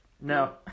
No